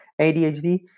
ADHD